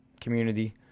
community